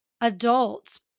adults